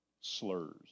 slurs